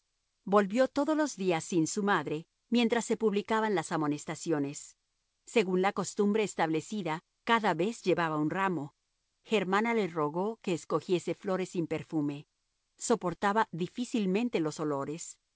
volvió todos los días sin su madre mientras se publicaban las amonestaciones según la costumbre establecida cada vez llevaba un ramo germana le rogó que escogiese flores sin perfume soportaba difícilmente los olores